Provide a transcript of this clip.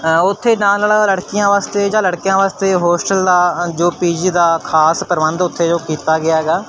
ਉੱਥੇ ਨਾਲ ਨਾਲ ਲੜਕੀਆਂ ਵਾਸਤੇ ਜਾਂ ਲੜਕਿਆਂ ਵਾਸਤੇ ਹੋਸਟਲ ਦਾ ਜੋ ਪੀਜੀ ਦਾ ਖਾਸ ਪ੍ਰਬੰਧ ਉੱਥੇ ਜੋ ਕੀਤਾ ਗਿਆ ਹੈਗਾ